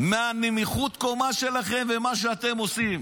מנמיכות הקומה שלכם ומה שאתם עושים.